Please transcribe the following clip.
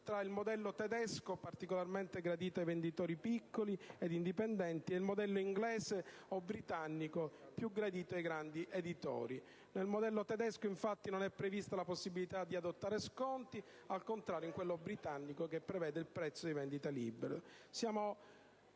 tra il modello tedesco, particolarmente gradito ai venditori piccoli e indipendenti, e il modello inglese (o britannico), più gradito ai grandi editori. Nel modello tedesco, infatti, non è prevista la possibilità di adottare sconti, al contrario che in quello britannico, che prevede il prezzo di vendita libero.